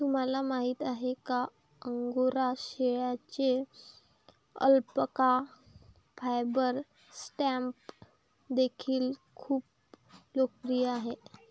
तुम्हाला माहिती आहे का अंगोरा शेळ्यांचे अल्पाका फायबर स्टॅम्प देखील खूप लोकप्रिय आहेत